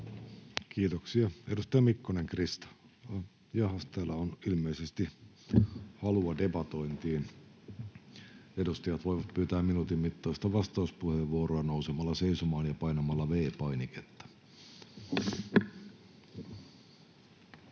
Kiitoksia. — Edustaja Mikkonen, Krista. — Jaahas, täällä on ilmeisesti halua debatointiin. Edustajat voivat pyytää minuutin mittaista vastauspuheenvuoroa nousemalla seisomaan ja painamalla V-painiketta. —